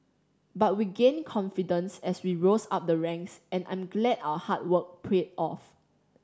but we gained confidence as we rose up the ranks and I'm glad our hard work paid off